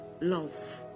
love